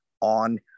on